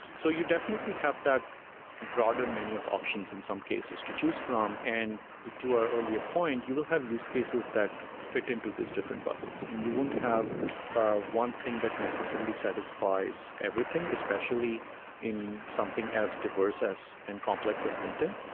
so you definitely have that broader menu of options in some cases to choose from. and to our earlier point, you will have use cases that fit into these different buckets. and you won't have one thing that necessarily satisfies everything, especially in something else diverse and complex as linkedin.